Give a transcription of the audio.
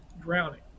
drowning